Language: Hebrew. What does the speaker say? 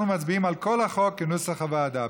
אנחנו מצביעים על כל החוק כנוסח הוועדה.